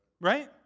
right